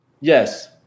Yes